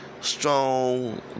strong